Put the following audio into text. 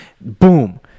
boom